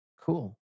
Cool